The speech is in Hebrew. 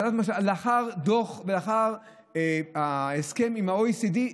לאחר הדוח ולאחר ההסכם עם ה-OECD,